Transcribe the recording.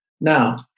Now